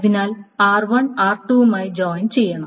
അതിനാൽ r1 r2 മായി join ചെയ്യണം